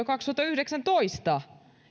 kaksituhattayhdeksäntoista